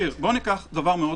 ניקח דבר פשוט.